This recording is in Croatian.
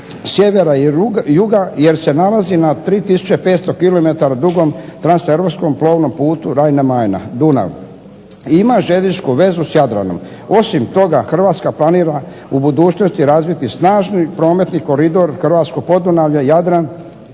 sjevera i juga jer se nalazi na 3500 km dugom transeuropskom plovnom putu Rajna-Majna-Dunav i ima željezničku vezu s Jadranom. Osim toga, Hrvatska planira u budućnosti razviti snažni prometni koridor hrvatskog Podunavlja, Jadran,